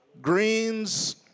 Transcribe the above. greens